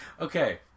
Okay